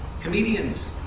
Comedians